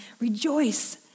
rejoice